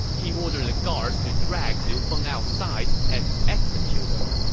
he ordered the guards to drag liu feng outside and execute him.